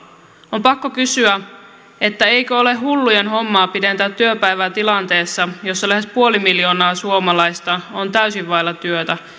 on pakko kysyä eikö ole hullujen hommaa pidentää työpäivää tilanteessa jossa lähes puoli miljoonaa suomalaista on täysin vailla työtä